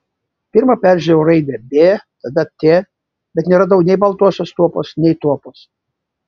pirma peržiūrėjau raidę b tada t bet neradau nei baltosios tuopos nei tuopos